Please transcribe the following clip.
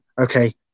Okay